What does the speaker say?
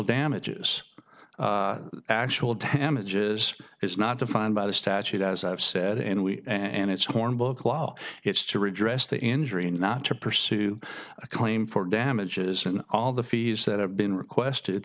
damages actual damages is not defined by the statute as i've said and we and it's hornbook law it's to redress the injury and not to pursue a claim for damages and all the fees that have been requested